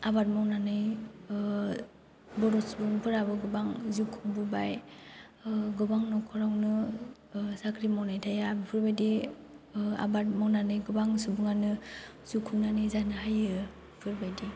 आबाद मावनानै ओह बर' सुबुंफ्राबो गोबां जिउ खुंबोबाय ओह गोबां नखरावनो ओह साख्रि मावनाय थाया बेफोर बायदि ओह आबाद मावनानै गोबां सुबुङानो जिउ खुंनानै जानो हायो बे बायदि